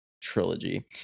Trilogy